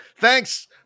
thanks